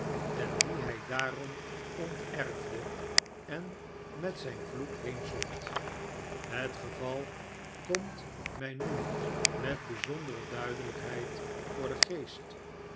en dien hij daarom onterfde en met zijn vloek heenzond het geval komt mij nu met bijzondere duidelijkheid voor den geest